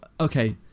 okay